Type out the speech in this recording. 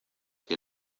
que